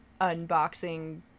unboxing